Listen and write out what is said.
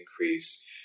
increase